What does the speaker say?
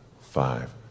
five